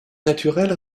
naturel